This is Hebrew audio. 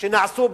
שנעשו בעבר,